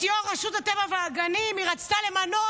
את יו"ר רשות הטבע והגנים היא רצתה למנות